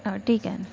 हां ठीक आहे मग